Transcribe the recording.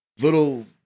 little